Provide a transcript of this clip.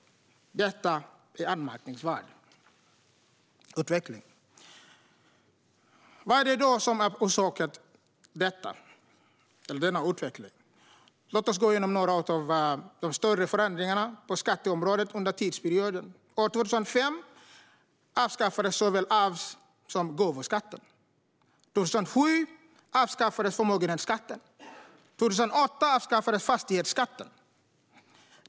Detta är en anmärkningsvärd utveckling. Vad är det då som har orsakat denna utveckling? Låt oss gå igenom några av de större förändringarna på skatteområdet under tidsperioden. År 2005 avskaffades såväl arvs som gåvoskatten, 2007 avskaffades förmögenhetsskatten och 2008 avskaffades fastighetsskatten.